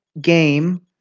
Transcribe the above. game